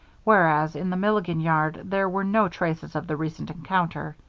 whereas in the milligan yard there were no traces of the recent encounter.